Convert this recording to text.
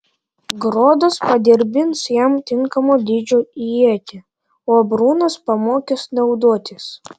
grodas padirbins jam tinkamo dydžio ietį o brunas pamokys naudotis